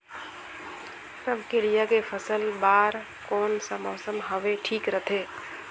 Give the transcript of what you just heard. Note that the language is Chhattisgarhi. रमकेलिया के फसल बार कोन सा मौसम हवे ठीक रथे?